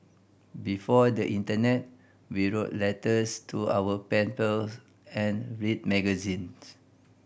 before the internet we wrote letters to our pen pals and read magazines